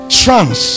trans